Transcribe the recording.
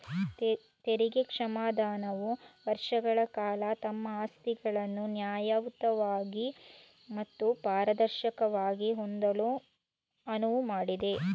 ತೆರಿಗೆ ಕ್ಷಮಾದಾನವು ವರ್ಷಗಳ ಕಾಲ ತಮ್ಮ ಆಸ್ತಿಗಳನ್ನು ನ್ಯಾಯಯುತವಾಗಿ ಮತ್ತು ಪಾರದರ್ಶಕವಾಗಿ ಹೊಂದಲು ಅನುವು ಮಾಡಿದೆ